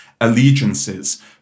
allegiances